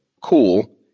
cool